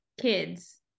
kids